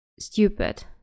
stupid